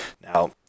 Now